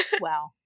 Wow